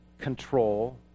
control